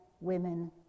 women